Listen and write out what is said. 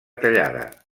tallada